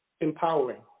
Empowering